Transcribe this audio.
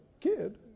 kid